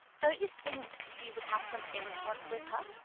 don't you think you would have some influence with her?